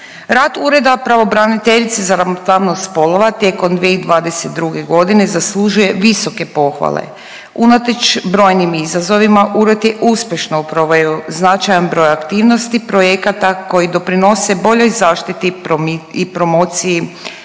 Rad ureda pravobraniteljice za ravnopravnost spolova tijekom 2022.g. zaslužuje visoke pohvale. Unatoč brojnim izazovima ured je uspješno proveo značajan broj aktivnosti projekata koji doprinose boljoj zaštiti i promociji